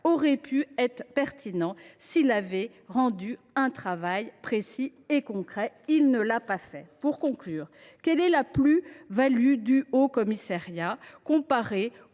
aurait pu être pertinent s’il avait rendu un travail précis et concret. Il ne l’a pas fait. Pour conclure, quelle est la plus value des travaux du Haut Commissariat,